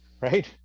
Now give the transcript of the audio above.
right